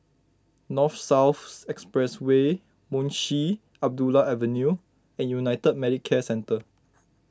North South Expressway Munshi Abdullah Avenue and United Medicare Centre